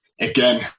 again